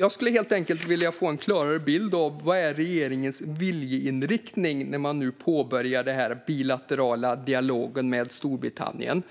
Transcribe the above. Jag skulle helt enkelt vilja få en klarare bild av vad som är regeringens viljeinriktning när man nu påbörjar den här bilaterala dialogen med Storbritannien.